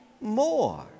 more